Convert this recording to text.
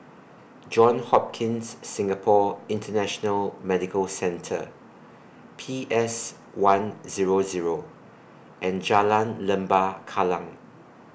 Johns Hopkins Singapore International Medical Centre P S one Zero Zero and Jalan Lembah Kallang